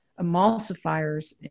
emulsifiers